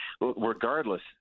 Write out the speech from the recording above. regardless